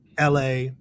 LA